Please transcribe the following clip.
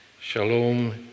Shalom